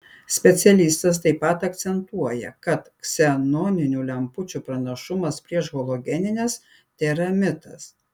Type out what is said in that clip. specialistas taip pat akcentuoja kad ksenoninių lempučių pranašumas prieš halogenines tėra mitas